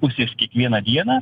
pusės kiekvieną dieną